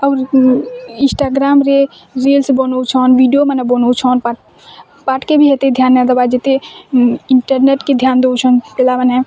ଆଉ ଇନଷ୍ଟାଗ୍ରାମ୍ରେ ରିଲସ୍ ବନଉଛନ୍ ଭିଡ଼ିଓମାନ ବନଉଛନ୍ ପାଠ୍ ପାଠ୍କେ ବି ଏତେ ଧ୍ୟାନ୍ ନା ଦବା ଯେତେ ଇଣ୍ଟରନେଟ୍କେ ଧ୍ୟାନ୍ ଦଉଛନ୍ ପିଲାମାନେ